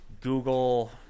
Google